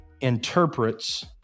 interprets